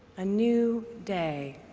a new day.